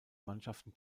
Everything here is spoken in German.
mannschaften